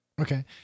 Okay